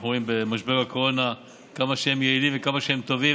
אנחנו רואים במשבר הקורונה כמה הם יעילים וכמה הם טובים,